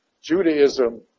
Judaism